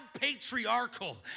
patriarchal